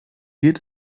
geht